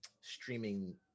streaming